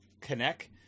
connect